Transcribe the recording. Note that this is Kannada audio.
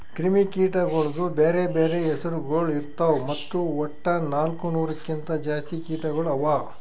ಕ್ರಿಮಿ ಕೀಟಗೊಳ್ದು ಬ್ಯಾರೆ ಬ್ಯಾರೆ ಹೆಸುರಗೊಳ್ ಇರ್ತಾವ್ ಮತ್ತ ವಟ್ಟ ನಾಲ್ಕು ನೂರು ಕಿಂತ್ ಜಾಸ್ತಿ ಕೀಟಗೊಳ್ ಅವಾ